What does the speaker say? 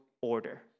order